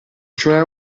cioè